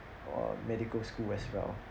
or medical school as well